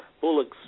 bullocks